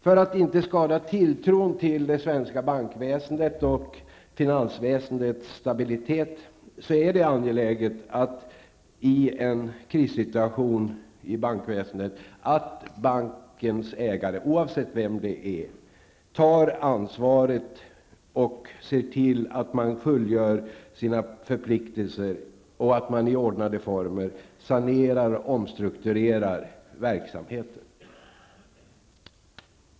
För att inte skada tilltron till det svenska bankväsendet och finansväsendets stabilitet är det angeläget att bankens ägare, oavsett vem det är, i en krissituation i bankväsendet tar ansvaret och ser till att man fullgör sina förpliktelser och i ordnade former sanerar och omstrukturerar verksamheten.